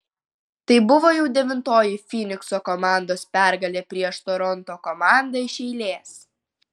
tai buvo jau devintoji fynikso komandos pergalė prieš toronto komandą iš eilės